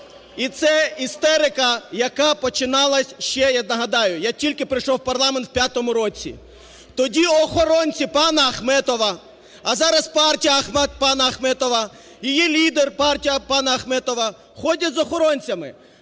І це істерика, яка починалась ще, я нагадаю, я тільки прийшов в парламент в 2005 році, тоді охоронці пана Ахметова, а зараз партія пана Ахметова, її лідер, партія пана Ахметов, ходять з охоронцями.